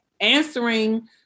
answering